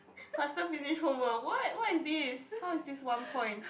faster finish homework what what is this how is this one point